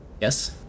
yes